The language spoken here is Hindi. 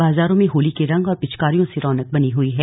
बाजारों में होली के रंग और पिचकारियों से रौनक बनी हुई है